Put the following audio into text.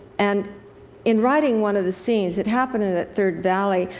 and in writing one of the scenes, it happened in that third valley.